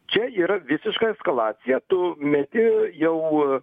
čia yra visiška eskalacija tu meti jau